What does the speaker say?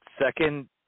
second